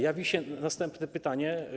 Jawi się następne pytanie.